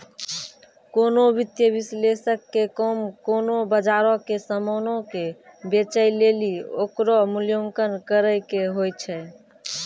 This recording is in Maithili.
कोनो वित्तीय विश्लेषक के काम कोनो बजारो के समानो के बेचै लेली ओकरो मूल्यांकन करै के होय छै